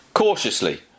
Cautiously